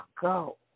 go